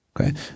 okay